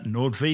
NordVPN